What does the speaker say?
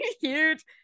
Huge